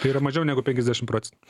tai yra mažiau negu penkiasdešim procentų